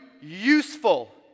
useful